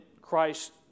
Christ